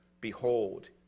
Behold